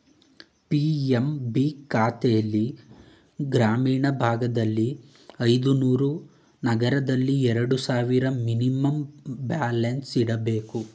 PMB ಖಾತೆಲ್ಲಿ ಗ್ರಾಮೀಣ ಭಾಗದಲ್ಲಿ ಐದುನೂರು, ನಗರದಲ್ಲಿ ಎರಡು ಸಾವಿರ ಮಿನಿಮಮ್ ಬ್ಯಾಲೆನ್ಸ್ ಇಡಬೇಕು